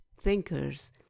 thinkers